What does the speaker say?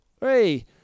Hey